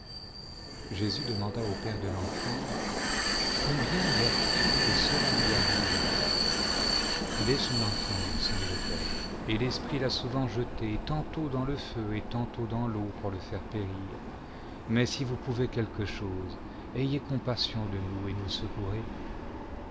demanda au père de l'enfant combien y a-t-il que cela lui arrive dès son enfance dit le père et v esprit l'a souvent j été tantôt dans le feu et tantôt dans l'eau pour le faire périr mais si vous pouvez quelque chose ayez compassion de nous et nous secourez